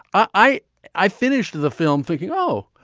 i i finished the film thinking, oh,